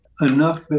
enough